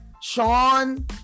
Sean